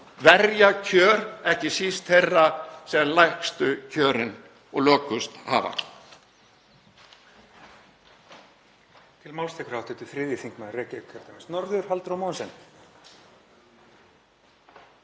verja ekki síst kjör þeirra sem lægstu kjörin og lökust hafa.